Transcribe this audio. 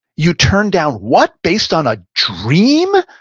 you turned down what based on a dream?